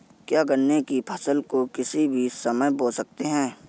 क्या गन्ने की फसल को किसी भी समय बो सकते हैं?